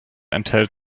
enthält